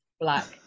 black